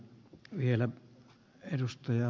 arvoisa puhemies